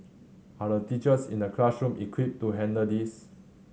are the teachers in the classroom equipped to handle this